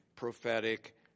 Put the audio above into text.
prophetic